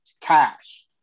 cash